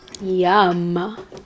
Yum